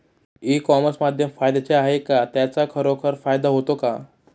E commerce माध्यम फायद्याचे आहे का? त्याचा खरोखर फायदा होतो का?